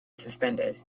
suspended